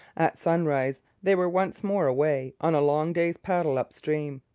at sunrise they were once more away, on a long day's paddle up-stream.